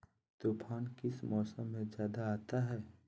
तूफ़ान किस मौसम में ज्यादा आता है?